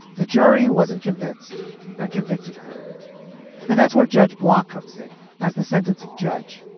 the jury wasn't convinced and convicted her and that's what judge block comes in as the sentencing judge